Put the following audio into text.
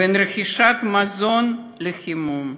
בין רכישת מזון לחימום.